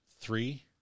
three